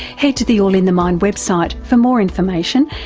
head to the all in the mind website for more information,